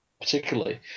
particularly